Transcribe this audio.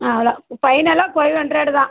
ஆ அவ்வளா ஃபைனலாக five hundred தான்